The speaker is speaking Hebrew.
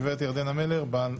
הגברת ירדנה מלר הורביץ,